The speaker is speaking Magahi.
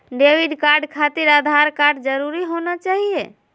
डेबिट कार्ड खातिर आधार कार्ड जरूरी होना चाहिए?